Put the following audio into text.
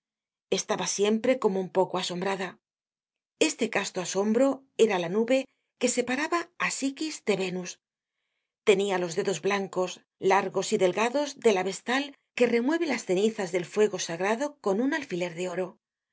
estaba siempre como un poco asombrada este casto asombro era la nube que separaba á psiquis de venus tenia los dedos blancos largos y delgados de la vestal que remueve las cenizas del fuego sagrado con un alfiler de oro aunque